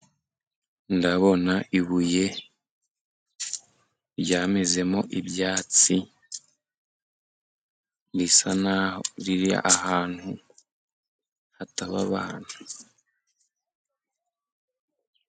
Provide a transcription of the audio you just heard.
Ndabona ibuye ryamezemo ibyatsi, risa naho riri ahantu hataba abantu.